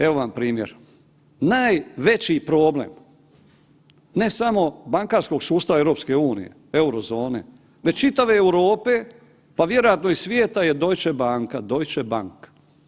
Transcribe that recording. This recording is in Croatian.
Evo vam primjer, najveći problem ne samo bankarskog sustava EU, euro zone, već čitave Europe pa vjerojatno i svijeta je Deutsche banka, Deutsche bank.